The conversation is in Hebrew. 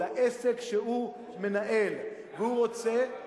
לעסק שהוא מנהל והוא רוצה,